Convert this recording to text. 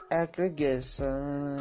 aggregation